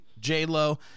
J-Lo